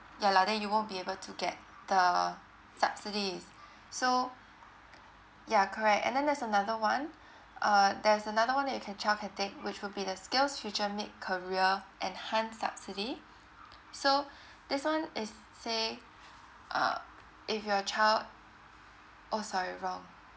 ya lah then you won't be able to get the subsidies so ya correct and then there's another one uh there's another one that you can child can take which will be the skillsfuture mid career enhanced subsidy so this one is say uh if your child oh sorry wrong